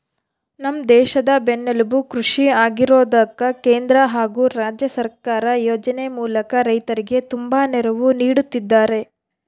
ನಮ್ಮ ದೇಶದ ಬೆನ್ನೆಲುಬು ಕೃಷಿ ಆಗಿರೋದ್ಕ ಕೇಂದ್ರ ಹಾಗು ರಾಜ್ಯ ಸರ್ಕಾರ ಯೋಜನೆ ಮೂಲಕ ರೈತರಿಗೆ ತುಂಬಾ ನೆರವು ನೀಡುತ್ತಿದ್ದಾರೆ